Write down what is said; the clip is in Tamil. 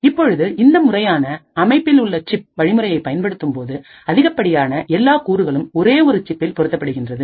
இப்பொழுது இந்த முறையான அமைப்பில் உள்ள சிப் வழிமுறையை பயன்படுத்தும் போது அதிகப்படியான எல்லா கூறுகளும் ஒரே ஒரு சிப்பில் பொருத்தப்படுகிறது